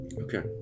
Okay